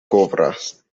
kovras